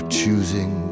choosing